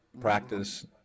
practice